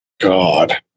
God